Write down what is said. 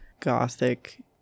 Gothic